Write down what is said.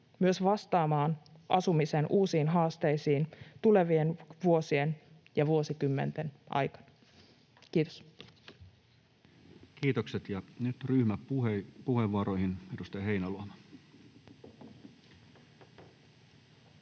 myös vastaamaan asumisen uusiin haasteisiin tulevien vuosien ja vuosikymmenten aikana. — Kiitos. Kiitokset. — Ja nyt ryhmäpuheenvuoroihin, edustaja Heinäluoma.